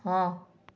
ହଁ